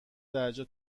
درجا